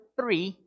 three